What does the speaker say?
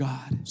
God